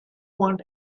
want